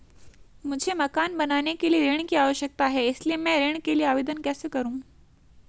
मुझे मकान बनाने के लिए ऋण की आवश्यकता है इसलिए मैं ऋण के लिए आवेदन कैसे करूं?